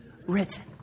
written